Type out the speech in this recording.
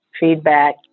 Feedback